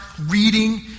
reading